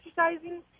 exercising